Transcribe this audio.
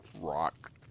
rock